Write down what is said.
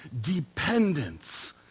dependence